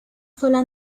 sola